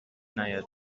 نیاد